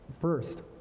First